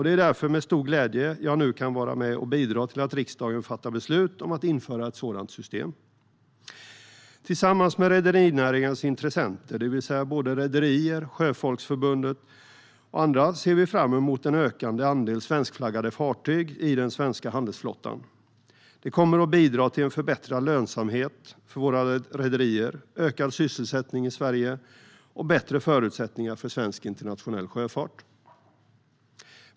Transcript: Det är därför med stor glädje som jag nu kan vara med och bidra till att riksdagen fattar beslut om att införa ett sådant system. Tillsammans med rederinäringens intressenter, det vill säga både rederierna och Sjöfolksförbundet, ser vi fram emot en ökande andel svenskflaggade fartyg i den svenska handelsflottan. Det kommer att bidra till förbättrad lönsamhet för våra rederier, ökad sysselsättning i Sverige och bättre förutsättningar för svensk internationell sjöfart.